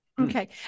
Okay